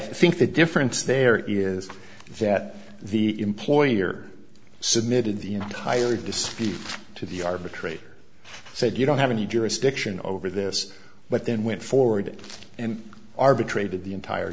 think the difference there is that the employer submitted the entire dispy to the arbitrator said you don't have any jurisdiction over this but then went forward and arbitrated the entire